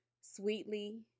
sweetly